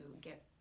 get